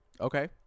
Okay